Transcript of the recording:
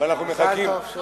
מזל טוב.